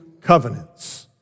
covenants